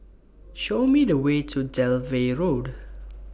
Show Me The Way to Dalvey Road